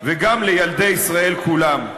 וגם לילדי ישראל כולם.